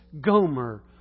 gomer